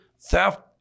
theft